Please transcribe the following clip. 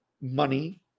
money